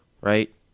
Right